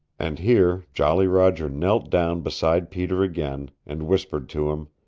and here jolly roger knelt down beside peter again, and whispered to him.